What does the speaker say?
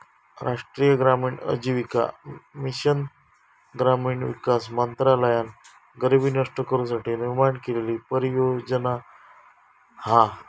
राष्ट्रीय ग्रामीण आजीविका मिशन ग्रामीण विकास मंत्रालयान गरीबी नष्ट करू साठी निर्माण केलेली परियोजना हा